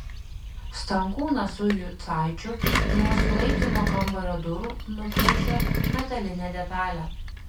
stankūnas su jucaičiu nuo sulaikymo kambario durų nuplėšė metalinę detalę